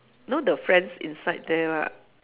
know the friends inside there lah